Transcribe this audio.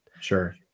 Sure